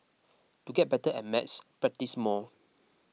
to get better at maths practise more